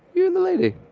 you and the lady?